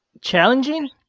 challenging